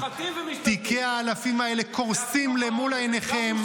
תיקי האלפים האלה קורסים למול עיניכם.